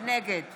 נגד